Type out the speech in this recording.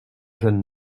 jeune